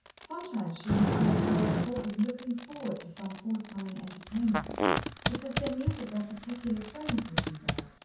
sometimes she had heard girls talk of looking forward to some forthcoming entertainment because they knew that their particular friends would be there.